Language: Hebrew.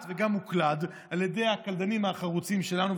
וגם מוקלד על ידי הקלדנים החרוצים שלנו,